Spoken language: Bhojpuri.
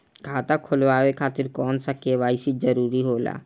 खाता खोलवाये खातिर कौन सा के.वाइ.सी जरूरी होला?